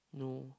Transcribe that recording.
no